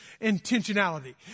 intentionality